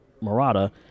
Murata